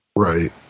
Right